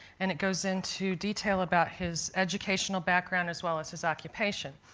and it goes into detail about his educational background as well as his occupation.